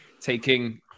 taking